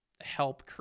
help